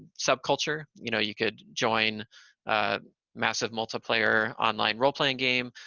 subculture. you know, you could join a massive multiplayer online role-playing game.